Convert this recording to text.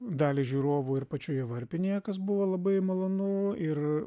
dalį žiūrovų ir pačioje varpinėje kas buvo labai malonu ir